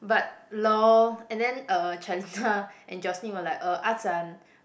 but lol and then uh Chalita and Jocelyn were like uh Ah-Zhan